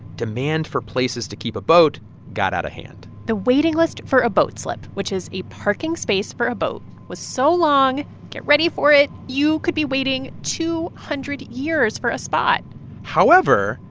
demand for places to keep a boat got out of hand the waiting list for a boat slip, which is a parking space for a boat, was so long get ready for it you could be waiting two hundred years for a spot however,